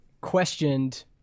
questioned